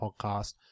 podcast